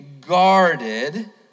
guarded